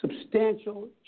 substantial